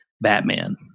Batman